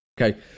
Okay